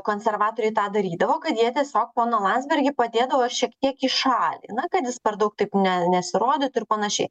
konservatoriai tą darydavo kad jie tiesiog ponu landsbergiu padėdavo šiek tiek į šalį na kad jis per daug taip ne nesirodytų ir panašiai